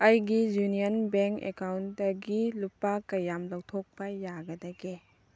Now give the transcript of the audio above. ꯑꯩꯒꯤ Union Bank ꯑꯦꯀꯥꯎꯟꯗꯒꯤ ꯂꯨꯄꯥ ꯀꯌꯥꯝ ꯂꯧꯊꯣꯛꯄ ꯌꯥꯒꯗꯒꯦ